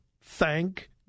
thank